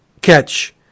catch